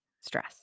stress